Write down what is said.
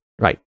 Right